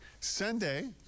Sunday